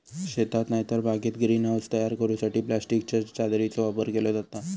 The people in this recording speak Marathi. शेतात नायतर बागेत ग्रीन हाऊस तयार करूसाठी प्लास्टिकच्या चादरीचो वापर केलो जाता